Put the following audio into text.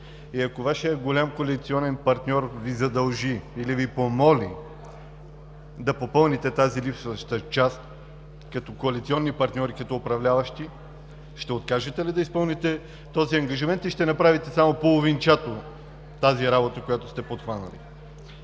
И ако Вашият голям коалиционен партньор Ви задължи или Ви помоли да попълните тази липсваща част като коалиционни партньори, като управляващи, ще откажете ли да изпълните този ангажимент и ще направите само половинчато тази работа, която сте подхванали?